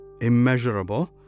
immeasurable